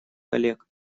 коллег